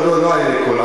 לא, לא על העיקול.